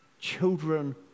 children